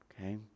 Okay